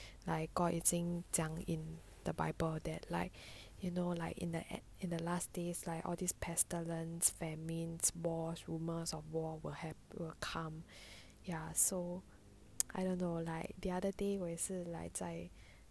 like god 已经讲 in the bible that like you know like in the in the last days like all these pestilence fair means boss rumours of war will have to come ya so I don't know like the other day 我也是 like 在